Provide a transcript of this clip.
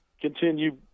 continue